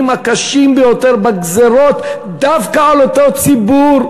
הקשים ביותר בגזירות דווקא על אותו ציבור,